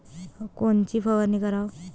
कोनची फवारणी कराव?